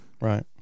Right